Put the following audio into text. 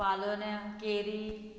पाळोळ्या केरी